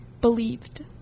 believed